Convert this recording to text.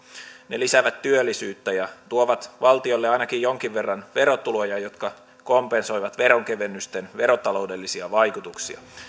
ne lisäävät työllisyyttä ja tuovat valtiolle ainakin jonkin verran verotuloja jotka kompensoivat veronkevennysten verotaloudellisia vaikutuksia